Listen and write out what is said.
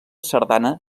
sardana